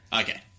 Okay